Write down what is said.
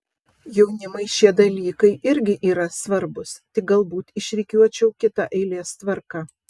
jaunimui šie dalykai irgi yra svarbūs tik galbūt išrikiuočiau kita eilės tvarka